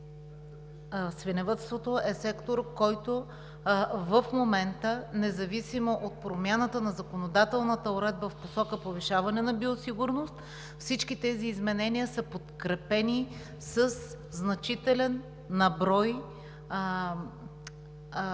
свиневъдството е сектор, който в момента, независимо от промяната на законодателната уредба в посока повишаване на биосигурността – всички тези изменения са подкрепени със значителни на брой мерки